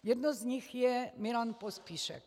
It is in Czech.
Jedno z nich je Milan Pospíšek.